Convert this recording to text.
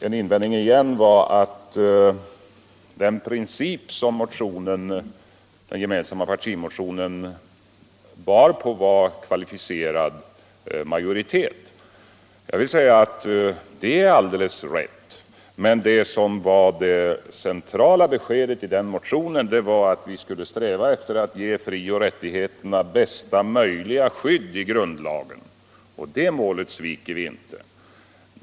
En annan invändning var att den princip som den gemensamma partimotionen byggde på var kvalificerad majoritet. Det är alldeles rätt, men det centrala beskedet i den motionen var att vi skulle sträva efter att ge frioch rättigheterna bästa möjliga skydd i grundlagen. Det målet sviker vi inte.